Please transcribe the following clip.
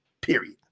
period